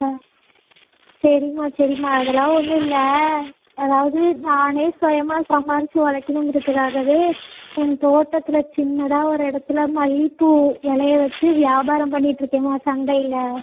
ஆ சரிம்மா சரிம்மா அதெல்லாம் ஒன்றும் இல்லை அதாவது நானே சுயமாக சம்பாரிச்சு உழைக்கணுங்கிறதுக்காகவே ஏன் தோட்டத்தில் சின்னதாக ஒரு இடத்துல மல்லிப்பூ விளைய வச்சு வியாபாரம் பண்ணிகிட்டு இருக்கேம்மா சந்தையில்